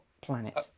planet